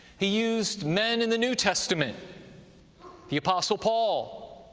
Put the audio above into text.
he used men in the new testament the apostle paul,